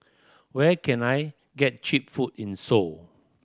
where can I get cheap food in Seoul